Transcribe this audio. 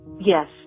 Yes